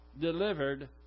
delivered